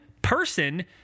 Person